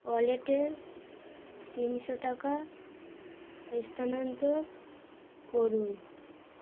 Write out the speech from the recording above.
ওয়ালেটের তিনশো টাকা স্থানান্তর করুন